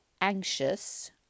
anxious